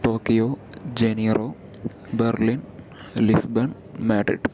Tokyo ജെനീർ Berlin Lisbon Madrid